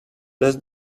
does